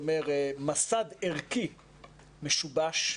מסד ערכי משובש,